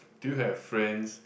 do you have friends